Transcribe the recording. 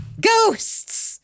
Ghosts